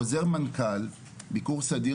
חוזר מנכ"ל ביקור-סדיר,